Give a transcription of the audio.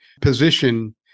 position